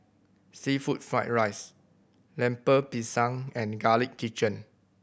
seafood fried rice Lemper Pisang and Garlic Chicken